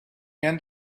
end